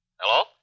Hello